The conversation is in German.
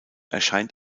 erscheint